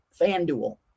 FanDuel